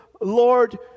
lord